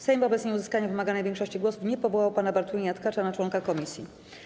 Sejm wobec nieuzyskania wymaganej większości głosów nie powołał pana Bartłomieja Tkacza na członka komisji.